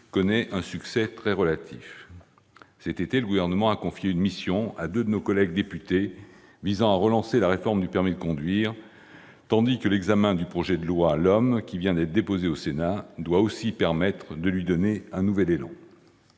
connaît un succès très relatif. Cet été, le Gouvernement a confié une mission à deux de nos collègues députés, visant à relancer la réforme du permis de conduire, tandis que l'examen du projet de loi d'orientation des mobilités, dit « LOM », qui vient d'être déposé au Sénat, doit aussi permettre de lui donner un nouvel élan.